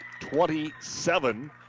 27